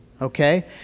Okay